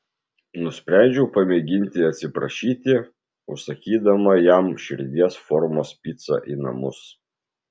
nusprendžiau pamėginti atsiprašyti užsakydama jam širdies formos picą į namus